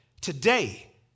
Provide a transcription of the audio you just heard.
today